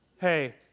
hey